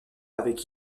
avec